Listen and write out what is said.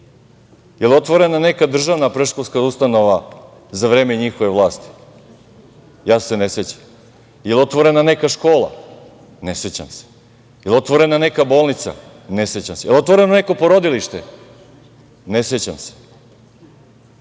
li je otvorena neka državna predškolska ustanova za vreme njihove vlasti? Ja se ne sećam. Da li je otvorena neka škola? Ne sećam se. Da li je otvorena neka bolnica? Ne sećam se. Da li je otvoreno neko porodilište? Ne sećam se.